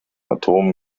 atomen